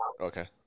okay